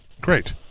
Great